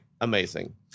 amazing